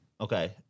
Okay